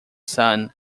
son